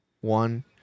One